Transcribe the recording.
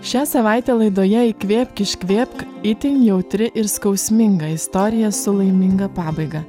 šią savaitę laidoje įkvėpk iškvėpk itin jautri ir skausminga istorija su laiminga pabaiga